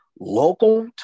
local